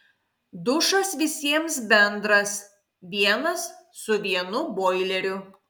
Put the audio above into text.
dušas visiems bendras vienas su vienu boileriu